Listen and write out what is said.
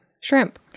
shrimp